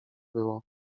było